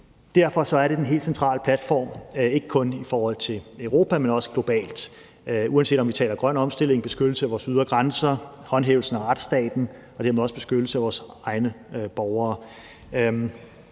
Derfor er det den helt centrale platform, ikke kun i forhold til Europa, men også globalt. Uanset om vi taler grøn omstilling, beskyttelse af vores ydre grænser eller håndhævelsen af retsstaten og dermed også beskyttelse af vores egne borgere.